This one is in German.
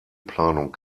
planung